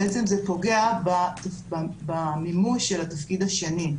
בעצם זה פוגע במימוש של התפקיד השני,